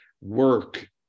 work